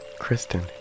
Kristen